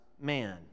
man